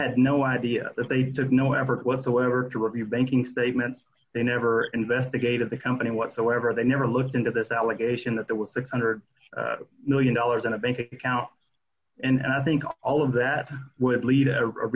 had no idea that they had no effort whatsoever to review banking statements they never investigated the company whatsoever they never looked into this allegation that there was six hundred million dollars in a bank account and i think all of that would lead a